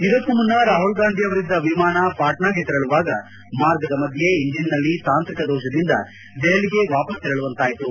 ಇದಕ್ಕೂ ಮುನ್ನ ರಾಹುಲ್ಗಾಂಧಿ ಅವರಿದ್ದ ವಿಮಾನ ಪಾಟ್ನಾಗೆ ತೆರಳುವಾಗ ಮಾರ್ಗದ ಮಧ್ಯೆ ಇಂಜಿನ್ನಲ್ಲಿನ ತಾಂತ್ರಿಕ ದೋಷದಿಂದ ದೆಹಲಿಗೆ ವಾಪಸ್ ತೆರಳುವಂತಾಯಿತು